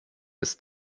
ist